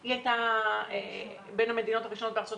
היא הייתה בין המדינות הראשונות בארצות